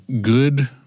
good